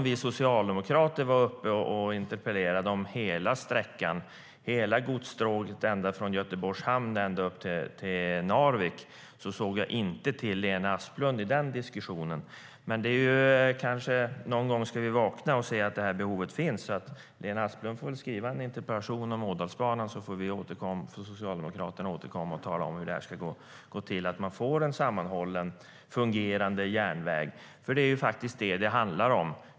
Vi socialdemokrater interpellerade om hela sträckan, hela godsstråket från Göteborgs hamn ända upp till Narvik, men jag såg inte till Lena Asplund i den diskussionen. Men någon gång ska vi väl vakna och se att det behovet finns. Lena Asplund får skriva en interpellation om Ådalsbanan, så får Socialdemokraterna återkomma och tala om hur det ska gå till att få en sammanhållen, fungerande järnväg. Det är ju vad det handlar om.